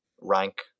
rank